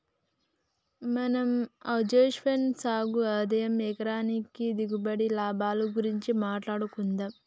మనం అజ్వైన్ సాగు ఆదాయం ఎకరానికి దిగుబడి, లాభాల గురించి మాట్లాడుకుందం